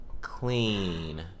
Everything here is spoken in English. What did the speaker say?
clean